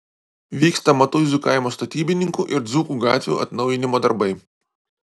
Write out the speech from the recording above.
vyksta matuizų kaimo statybininkų ir dzūkų gatvių atnaujinimo darbai